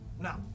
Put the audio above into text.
now